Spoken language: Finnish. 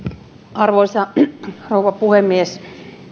arvoisa rouva puhemies